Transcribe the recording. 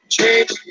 Change